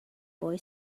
boy